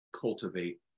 cultivate